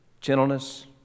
gentleness